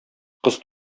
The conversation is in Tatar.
кыз